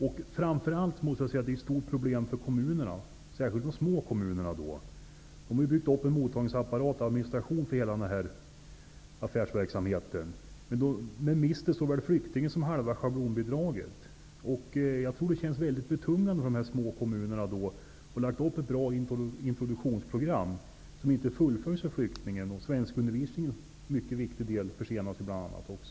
Detta är ett problem framför allt för kommunerna, särskilt de små kommunerna. De har byggt upp en mottagningsapparat och administration för hela denna affärsverksamhet. Men i och med detta mister de såväl flyktingen som halva schablonbidraget. Jag tror att det känns mycket betungande för de små kommunerna som har lagt upp ett bra introduktionsprogram som inte fullföljs för flyktingen. Bl.a. svenskundervisningen, som är en mycket viktig del, försenas.